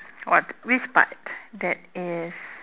what which part that is